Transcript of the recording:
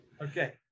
Okay